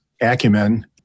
acumen